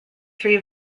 three